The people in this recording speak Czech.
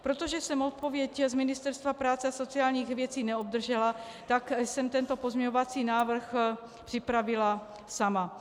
Protože jsem odpověď z Ministerstva práce a sociálních věcí neobdržela, tak jsem tento pozměňovací návrh připravila sama.